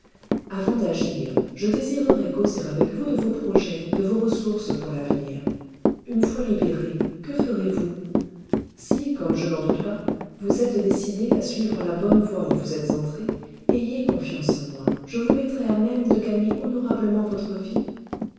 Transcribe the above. avant d'agir je désirerais causer avec vous de vos projets de vos ressources pour l'avenir une fois libérée que ferez-vous si comme je n'en doute pas vous êtes décidée à suivre la bonne voie où vous êtes entrée ayez confiance en moi je vous mettrai à même de gagner honorablement votre vie